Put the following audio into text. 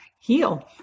heal